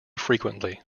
frequently